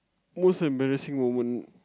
most embarrassing moment